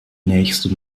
nächste